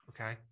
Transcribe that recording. okay